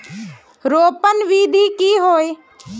रोपण विधि की होय?